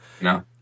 No